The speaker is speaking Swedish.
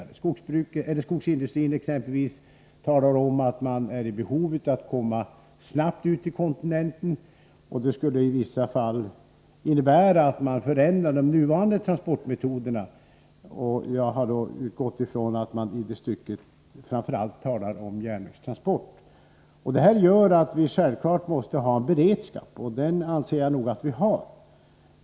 Från skogsindustrins sida har exempelvis betonats att man är i behov av att snabbt kunna komma ut till kontinenten. Det skulle i vissa fall innebära att man förändrar de nuvarande transportmetoderna, och jag har utgått ifrån att man i det stycket framför allt talar om järnvägstransporter. Detta gör att vi självfallet måste ha en beredskap, och den anser jag nog att vi har.